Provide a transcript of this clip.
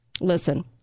listen